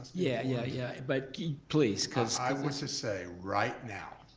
yeah yeah yeah, but please, because i would just say, right now,